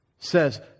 says